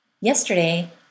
Yesterday